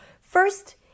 First